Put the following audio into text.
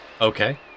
Okay